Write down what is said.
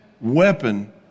weapon